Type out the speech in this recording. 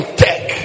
tech